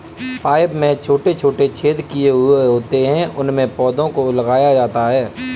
pipe में छोटे छोटे छेद किए हुए होते हैं उनमें पौधों को लगाया जाता है